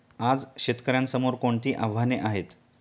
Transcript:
आज शेतकऱ्यांसमोर कोणती आव्हाने आहेत?